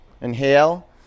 inhale